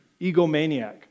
egomaniac